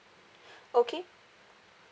okay